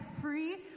free